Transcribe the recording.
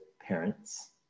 parents